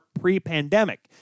pre-pandemic